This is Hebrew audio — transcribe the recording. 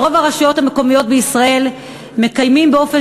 ברוב הרשויות המקומיות בישראל מקיימים באופן